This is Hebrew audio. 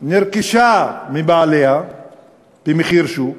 נרכשה מבעליה במחיר שוק,